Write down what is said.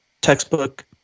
textbook